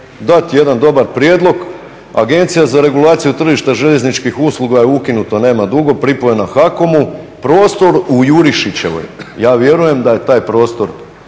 dati jedan dobar prijedlog, Agencija za regulaciju tržišta željezničkih usluga je ukinuta nema dugo, pripojena HACOM-u, prostor u Jurišićevoj, ja vjerujem da bi taj prostor